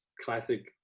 classic